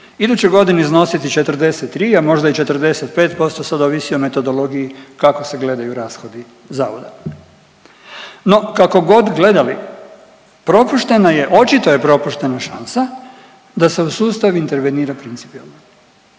iduće godine iznositi 43, a možda i 45% sada ovisi o metodologiji kako se gledaju rashodi Zavoda. No, kako god gledali propuštena je, očito je propuštena šansa da se u sustav intervenira … /ne